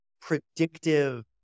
predictive